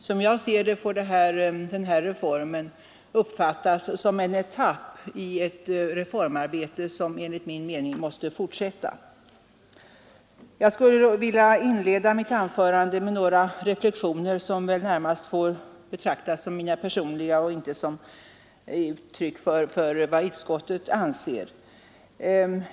Som jag ser det får denna reform uppfattas som en etapp i ett reformarbete som måste fortsätta. Jag vill inleda detta mitt anförande med några reflexioner som väl närmast får betraktas som mina personliga, inte som uttryck för vad utskottet anser.